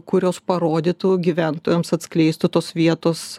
kurios parodytų gyventojams atskleistų tos vietos